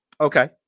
Okay